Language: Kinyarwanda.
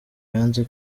yanze